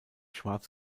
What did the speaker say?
schwarz